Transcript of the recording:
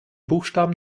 buchstaben